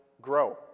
grow